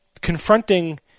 confronting